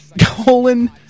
colon